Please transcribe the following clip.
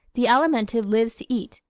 the alimentive lives to eat,